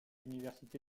université